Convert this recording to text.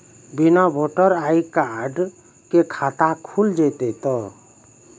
बिना voter ID card के खाता खुल जैते तो?